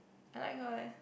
I like her leh